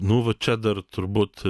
nu va čia dar turbūt